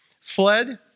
fled